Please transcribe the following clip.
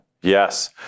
Yes